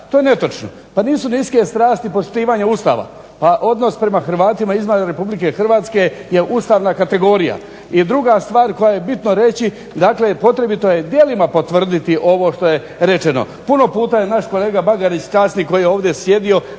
To je netočno. Pa nisu niske strasti poštivanje Ustava, pa odnos prema Hrvatima izvan RH je ustavna kategorija. I druga stvar koju je bitno reći, dakle potrebito je djelima potvrditi ovo što je rečeno. Puno puta je naš kolega Bagarić časni koji je ovdje sjedio